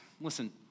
listen